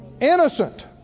Innocent